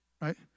Right